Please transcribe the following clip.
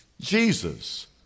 jesus